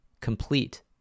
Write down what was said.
complete